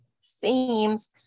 seems